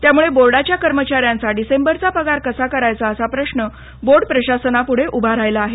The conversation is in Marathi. त्यामुळे बोर्डाच्या कर्मचाऱ्यांचा डिसेंबरचा पगार कसा करायचा असा प्रश्न बोर्ड प्रशासनापुढे उभा राहिला आहे